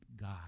God